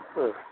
ಹ್ಞೂ